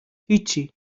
هیچی